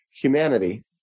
humanity